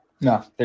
No